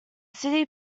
city